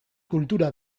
kultura